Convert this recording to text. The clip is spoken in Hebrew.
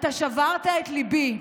אתה שברת את ליבי,